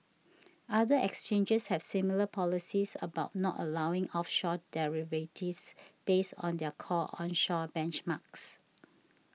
other exchanges have similar policies about not allowing offshore derivatives based on their core onshore benchmarks